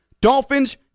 Dolphins